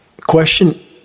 Question